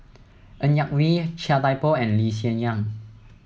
Ng Yak Whee Chia Thye Poh and Lee Hsien Yang